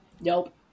nope